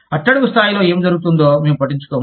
అట్టడుగు స్థాయిలో ఏమి జరుగుతుందో మేము పట్టించుకోము